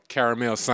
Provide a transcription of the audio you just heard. Caramel